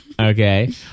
Okay